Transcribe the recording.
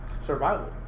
survival